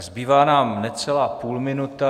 Zbývá nám necelá půlminuta.